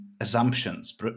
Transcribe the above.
assumptions